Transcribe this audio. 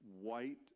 white